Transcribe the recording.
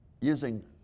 using